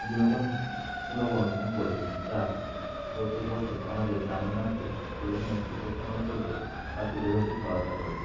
বিনোদনমূলক অনুষ্ঠান করে থাকি যা প্রত্যেক বছর আমাদের গ্রামের নামকে সকলের সামনে উপস্থাপন করতে বা তুলে ধরতে সহায়তা করে থাকে